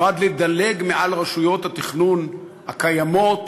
נועד לדלג מעל רשויות התכנון הקיימות